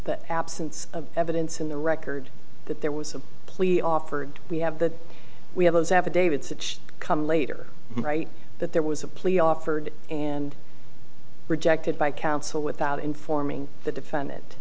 the absence of evidence in the record that there was a plea offered we have that we have those affidavits come later write that there was a plea offered and rejected by counsel without informing the defend